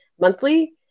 monthly